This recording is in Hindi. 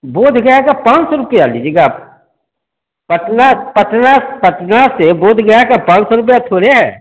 बोधगया का पाँच सौ रुपये लीजिएगा आप पटना पटना पटना से बोधगया का पाँच सौ रुपये थोड़ी है